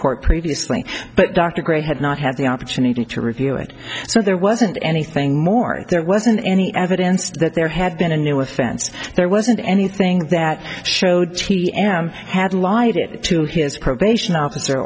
court previously but dr grey had not had the opportunity to review it so there wasn't anything more there wasn't any evidence that there had been a new offense there wasn't anything that showed t m had lied to his probation officer